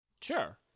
Sure